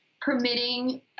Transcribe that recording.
permitting